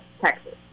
Texas